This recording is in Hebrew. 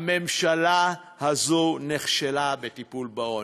הממשלה הזו נכשלה בטיפול בעוני.